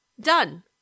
Done